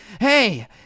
hey